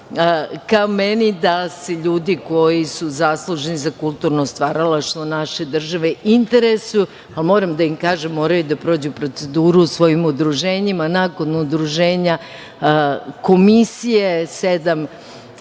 ka meni da se ljudi koji su zaslužni za kulturno stvaralaštvo naše države interesuju, ali moram da im kažem, moraju da prođu proceduru u svojim udruženjima, nakon udruženja komisije sedam